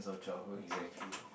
exactly